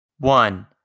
One